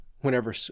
whenever